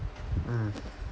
mm